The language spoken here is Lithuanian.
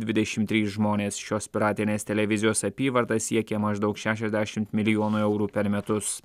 dvidešimt trys žmonės šios piratinės televizijos apyvarta siekė maždaug šešiasdešimt milijonų eurų per metus